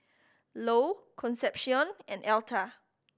Lou Concepcion and Elta